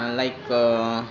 like